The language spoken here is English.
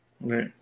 Right